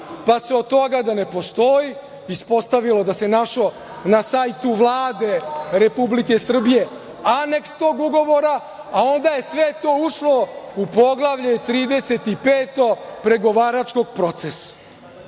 pa se od toga da ne postoji ispostavilo da se našao na sajtu Vlade Republike Srbije aneks tog ugovora, a onda je sve to ušlo u Poglavlje 35 pregovaračkog procesa. Lagali